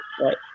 right